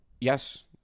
Yes